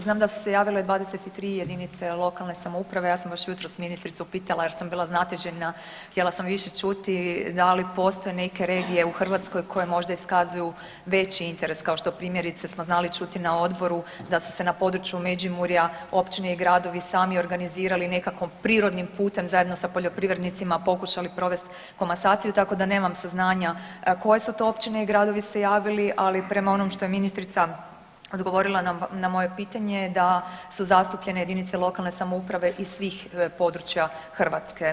Znam da su se javile 23 jedinice lokalne samouprave ja sam baš jutros ministricu pitala jer sam bila znatiželjna, htjela sam više čuti da li postoje neke regije u Hrvatskoj koje može iskazuju veći interes kao što primjerice smo znali čuti na odboru da su se na području Međimurja općine i gradovi sami organizirali nekako prirodnim putem zajedno sa poljoprivrednicima, pokušali provesti komasaciju, tako da nemam saznanja koje su to općine i gradovi se javili, ali prema onom što je ministrica odgovorila na moje pitanje da su zastupljene jedinice lokalne samouprave iz svih područja Hrvatske.